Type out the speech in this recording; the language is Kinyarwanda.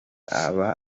aba